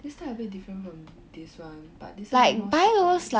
this type a bit different from this one but this one more slop~